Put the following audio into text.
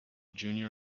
junior